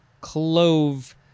clove